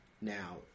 Now